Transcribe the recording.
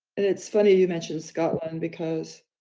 it's funny you mentioned scotland because